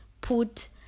put